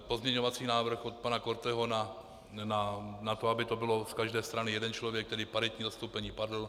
Pozměňovací návrh od pana Korteho na to, aby to bylo z každé strany jeden člověk, tedy paritní zastoupení, padl.